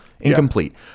incomplete